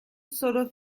solo